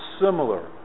similar